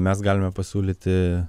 mes galime pasiūlyti